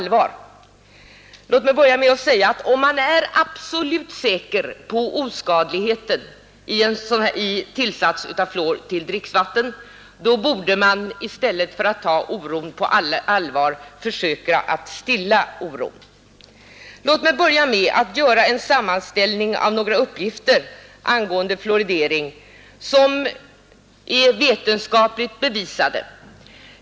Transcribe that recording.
Låt mig säga att om man är absolut säker på oskadligheten i tillsats av fluor till dricksvatten, då borde man i stället för att ta oron på allvar försöka att stilla oron. Låt mig börja med att göra en sammanställning av några uppgifter angående fluoridering, som är vetenskapligt bevisade.